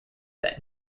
that